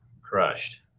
crushed